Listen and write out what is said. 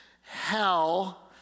hell